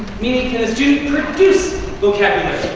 meaning, can the student produce vocabulary.